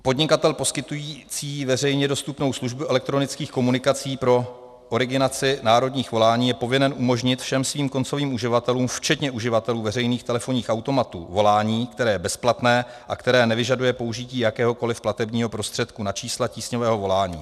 Podnikatel poskytující veřejně dostupnou službu elektronických komunikací pro originaci národních volání je povinen umožnit všem svým koncovým uživatelům včetně uživatelů veřejných telefonních automatů volání, které je bezplatné a které nevyžaduje použití jakéhokoliv platebního prostředku na čísla tísňového volání.